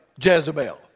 Jezebel